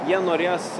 jie norės